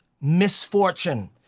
misfortune